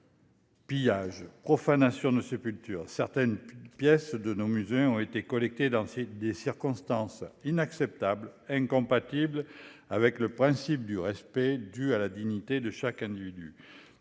certaines pièces de nos musées ont été collectées dans des circonstances inacceptables et incompatibles avec le principe de respect dû à la dignité de chaque individu.